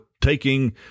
taking